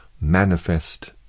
manifest